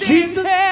Jesus